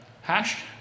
hash